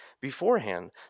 beforehand